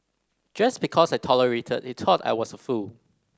just because I tolerated he thought I was a fool